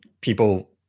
people